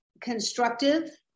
constructive